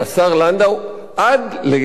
עד לפני חמש דקות,